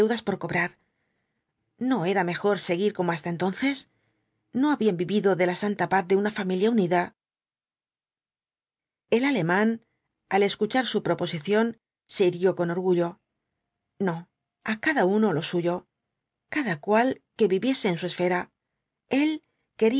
por cobrar no era mejor seguir como hasta entonces no habían vivido en la santa paz de una familia unida el alemán al escuchar su proposición se irguió con orgullo no á cada uno lo suyo cada cual que viviese en su esfera el